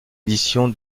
édition